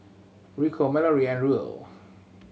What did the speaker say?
Rico Malorie and Ruel